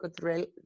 good